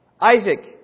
Isaac